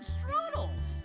Strudels